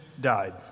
died